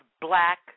black